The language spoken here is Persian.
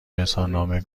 اظهارنامه